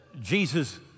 Jesus